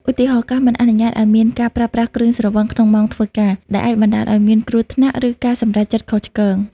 ឧទាហរណ៍ ការមិនអនុញ្ញាតឱ្យមានការប្រើប្រាស់គ្រឿងស្រវឹងក្នុងម៉ោងធ្វើការ ដែលអាចបណ្ដាលឱ្យមានគ្រោះថ្នាក់ ឬការសម្រេចចិត្តខុសឆ្គង។